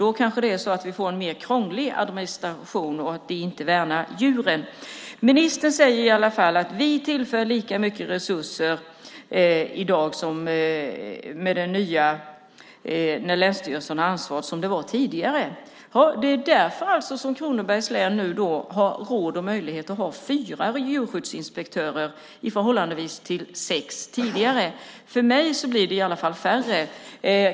Då kanske vi får en krångligare administration och inte värnar djuren. Ministern säger i alla fall att vi tillför lika mycket resurser med den nya ordningen, där länsstyrelserna har ansvar, som det fanns tidigare. Jaså. Det är alltså därför som Kronobergs län nu har råd att ha fyra djurskyddsinspektörer i stället för sex, som man hade tidigare. För mig blir det i alla fall färre.